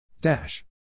Dash